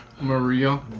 Maria